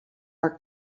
are